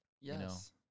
Yes